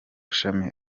shami